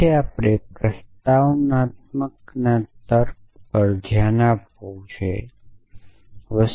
આજે આપણે પ્રસ્તાવનાત્મક ના તર્ક પર ધ્યાન આપવું જોઈએ